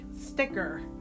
sticker